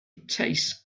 tastes